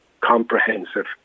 comprehensive